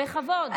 בכבוד.